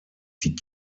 die